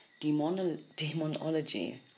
demonology